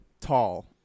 Tall